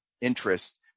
interest